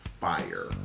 fire